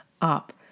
up